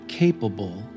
capable